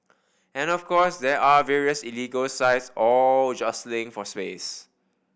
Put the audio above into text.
and of course there are various illegal sites all jostling for space